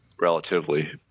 relatively